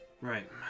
Right